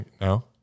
No